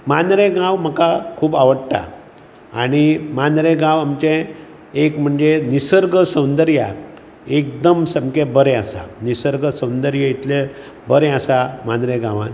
मांद्रे गांव म्हाका खूब आवडटा आनी मांद्रे गांव आमचें एक म्हणजे निसर्ग सौंदर्याक एकदम सामकें बरें आसा निसर्ग सौंदर्य इतलें बरें आसा मांद्रे गांवांत